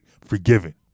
Forgiven